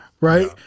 Right